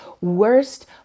worst